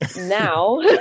now